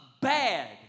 bad